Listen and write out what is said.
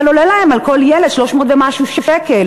אבל עולה להם כל ילד 300 ומשהו שקל.